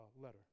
letter